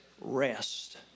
rest